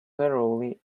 thoroughly